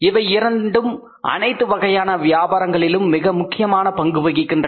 இவை இரண்டும் அனைத்து வகையான வியாபாரங்களிலும் மிக முக்கியமான பங்கு வகிக்கின்ற